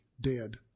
dead